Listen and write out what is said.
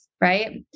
right